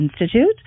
Institute